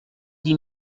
dix